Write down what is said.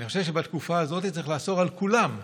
אני חושב שבתקופה הזאת צריך לאסור על כולם,